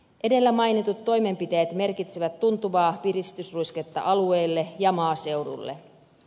edellä mainitut toimenpiteet merkitsevät tuntuvaa piristysruisketta alueille ja maaseudulle